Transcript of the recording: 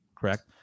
correct